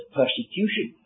persecution